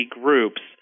groups